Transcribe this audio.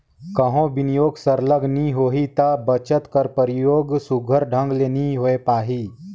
कहों बिनियोग सरलग नी होही ता बचत कर परयोग सुग्घर ढंग ले नी होए पाही